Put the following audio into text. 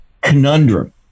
conundrum